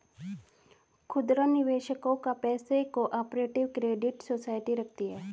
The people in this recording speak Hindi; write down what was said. खुदरा निवेशकों का पैसा को ऑपरेटिव क्रेडिट सोसाइटी रखती है